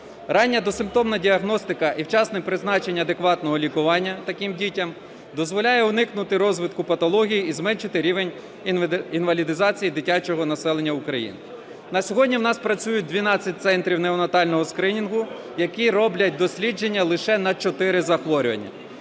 Рання досимптомна діагностика і вчасне призначення адекватного лікування таким дітям дозволяє уникнути розвитку патологій і зменшити рівень інвалідизації дитячого населення України. На сьогодні в нас працює 12 центрів неонатального скринінгу, які роблять дослідження лише на чотири захворювання.